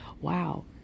wow